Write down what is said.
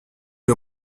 est